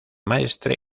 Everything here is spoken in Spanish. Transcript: maestre